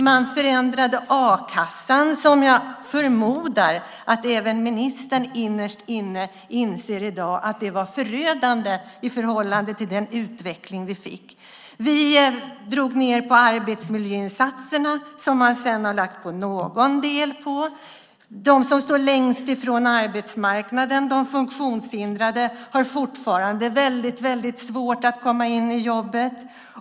Man förändrade a-kassan, vilket jag förmodar att även ministern innerst inne inser i dag var förödande i förhållande till den utveckling vi fick. Vi drog ned på arbetsmiljöinsatserna som man sedan har lagt på någon del på. De som står längst ifrån arbetsmarknaden, de funktionshindrade, har fortfarande väldigt svårt att komma in i jobb.